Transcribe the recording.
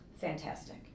fantastic